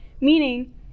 meaning